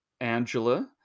Angela